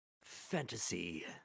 Fantasy